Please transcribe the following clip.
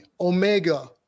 Omega